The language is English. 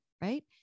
right